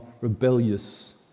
rebellious